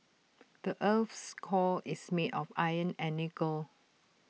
the Earth's core is made of iron and nickel